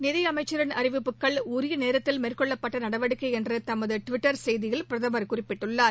நிதி அமைச்சின் அறிவிப்புகள் உரிய நேரத்தில் மேற்கொள்ளப்பட்ட நடவடிக்கை என்று தமது டுவிட்டர் செய்தியில் பிரதமர் குறிப்பிட்டுள்ளார்